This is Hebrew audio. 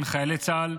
למען חיילי צה"ל,